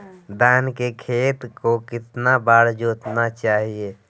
धान के खेत को कितना बार जोतना चाहिए?